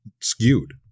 skewed